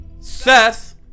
Seth